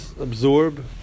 absorb